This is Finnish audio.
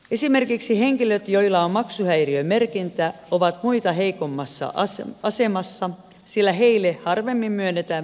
esimerkiksi henkilöt joilla on maksuhäiriömerkintä ovat muita heikommassa asemassa sillä heille harvemmin myönnetään verkkopankkitunnuksia